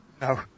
No